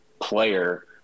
player